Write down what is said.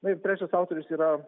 na ir trečias autorius yra